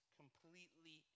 completely